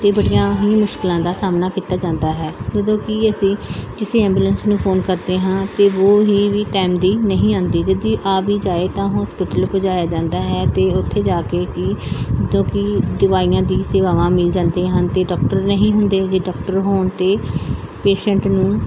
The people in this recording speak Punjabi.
ਅਤੇ ਬੜੀਆਂ ਹੀ ਮੁਸ਼ਕਿਲਾਂ ਦਾ ਸਾਹਮਣਾ ਕੀਤਾ ਜਾਂਦਾ ਹੈ ਜਦੋਂ ਕਿ ਅਸੀਂ ਕਿਸੇ ਐਬੂਲੈਂਸ ਨੂੰ ਫੋਨ ਕਰਦੇ ਹਾਂ ਅਤੇ ਉਹ ਵੀ ਟਾਈਮ ਦੀ ਨਹੀਂ ਆਉਂਦੀ ਜਦੋਂ ਆ ਵੀ ਜਾਏ ਤਾਂ ਹੋਸਪੀਟਲ ਪੁਜਾਇਆ ਜਾਂਦਾ ਹੈ ਅਤੇ ਉੱਥੇ ਜਾ ਕੇ ਕੀ ਜੋ ਕਿ ਦਵਾਈਆਂ ਦੀ ਸੇਵਾਵਾਂ ਮਿਲ ਜਾਂਦੀਆਂ ਹਨ ਅਤੇ ਡੋਕਟਰ ਨਹੀਂ ਹੁੰਦੇ ਹੈਗੇ ਡੋਕਟਰ ਹੋਣ 'ਤੇ ਪੇਸੈਂਟ ਨੂੰ